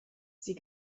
sie